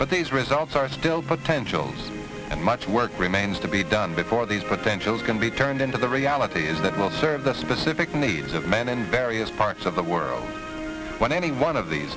but these results are still potentials and much work remains to be done before these potential can be turned into the reality is that will serve the specific needs of men in various parts of the world when any one of these